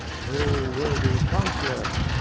oh, worthy counselor!